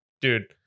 Dude